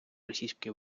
російської